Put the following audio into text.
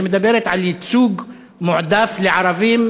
שדיברה על ייצוג מועדף לערבים